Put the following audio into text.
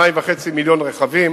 2.5 מיליון רכבים.